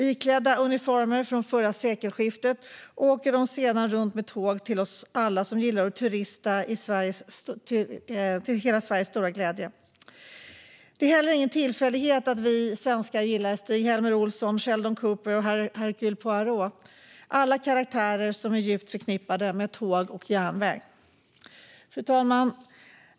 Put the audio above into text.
Iklädda uniformer från förra sekelskiftet åker de sedan runt med tåg för oss alla som gillar att turista, till hela Sveriges stora glädje. Det är heller ingen tillfällighet att vi svenskar gillar Stig-Helmer Olsson, Sheldon Cooper och Hercule Poirot. De är alla karaktärer som är djupt förknippade med tåg och järnväg. Fru talman!